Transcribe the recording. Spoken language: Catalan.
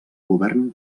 govern